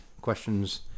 questions